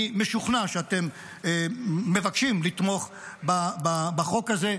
אני משוכנע שאתם מבקשים לתמוך בחוק הזה,